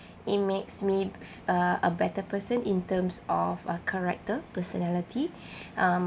it makes me uh a better person in terms of uh character personality um